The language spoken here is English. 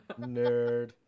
nerd